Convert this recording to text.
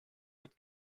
mit